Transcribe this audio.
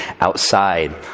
outside